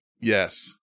Yes